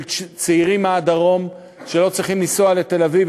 של צעירים מהדרום שלא צריכים לנסוע לתל-אביב,